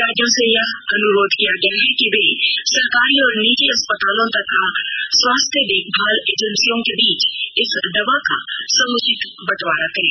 राज्यों से यह अनुरोध किया गया है कि वे सरकारी और निजी अस्पतालों तथा स्वास्थ्य देखभाल एजेंसियों के बीच इस दवा का समुचित बंटवारा करें